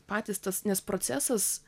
patys tas nes procesas